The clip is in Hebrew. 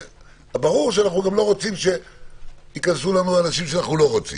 ברור שאנחנו לא רוצים שייכנסו אנשים שאנחנו לא רוצים.